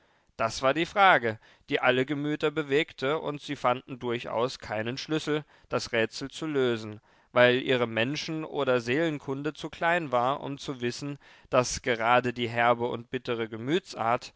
das war die frage die alle gemüter bewegte und sie fanden durchaus keinen schlüssel das rätsel zu lösen weil ihre menschen oder seelenkunde zu klein war um zu wissen daß gerade die herbe und bittere